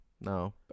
No